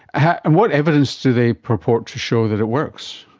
and what evidence do they purport to show that it works?